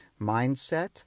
mindset